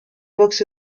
box